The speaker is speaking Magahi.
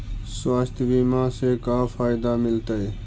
स्वास्थ्य बीमा से का फायदा मिलतै?